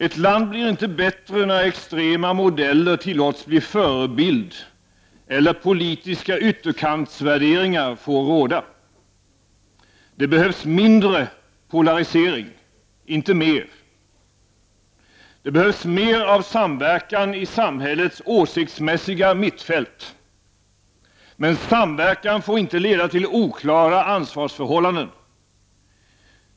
Ett land blir inte bättre när extrema modeller tillåts bli förebild eller politiska ytterkantsvärderingar får råda. Det behövs mindre av polarisering, inte mer. Det behövs mer av samverkan i samhällets åsiktsmässiga mittfält. Men samverkan får inte leda till oklara ansvarsförhållanden.